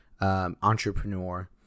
entrepreneur